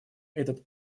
этот